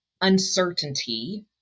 uncertainty